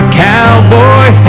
cowboy